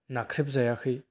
नाख्रेब जायाखै